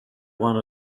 one